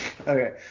Okay